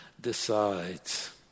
decides